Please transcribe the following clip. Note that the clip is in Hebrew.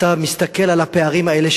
אתה מסתכל על הפערים האלה,